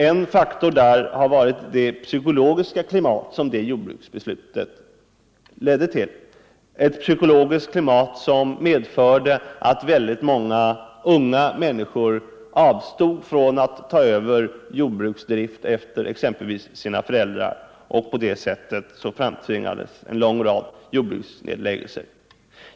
En viktig faktor har där varit det psykologiska klimat som det jordbruksbeslutet ledde till, ett klimat som medförde att väldigt många unga människor avstod från att ta över jordbruksdriften efter exempelvis sina föräldrar. Därigenom framtvingades en lång rad jordbruksnedläggelser.